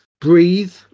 Breathe